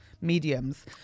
mediums